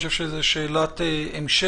אני חושב שזאת שאלת המשך,